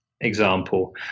example